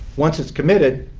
once it's committed,